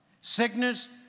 sickness